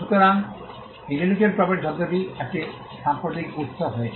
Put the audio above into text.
সুতরাং intellectual property শব্দটি একটি সাম্প্রতিক উত্স হয়েছে